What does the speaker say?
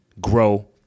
grow